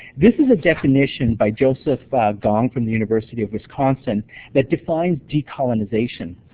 this is a definition by joseph gone from the university of wisconsin that defines decolonization.